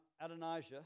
Adonijah